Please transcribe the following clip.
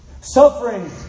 Suffering